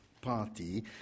party